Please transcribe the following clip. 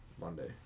Monday